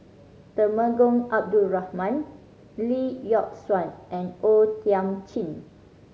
Temenggong Abdul Rahman Lee Yock Suan and O Thiam Chin